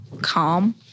calm